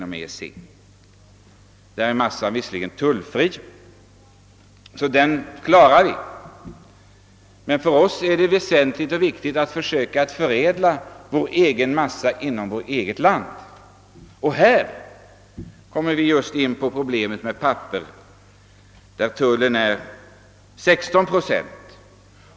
Massa är visserligen tullfri — den klarar vi alltså — men för oss är det väsentligt och viktigt att försöka förädla vår massa inom vårt eget land. Här kommer vi in på problemet beträffande pappersindustrin. Tullen på papper är 16 procent.